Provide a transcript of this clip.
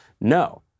No